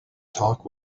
talk